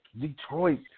Detroit